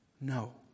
No